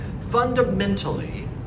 fundamentally